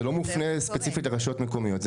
זה לא מופנה ספציפית לרשויות מקומיות.